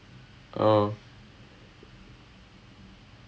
பத்தி என்ன:pathi enna no nothing நீயே கண்டுபிடி:niye kandupidi then okay fine